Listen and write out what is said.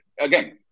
Again